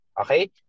Okay